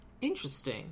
Interesting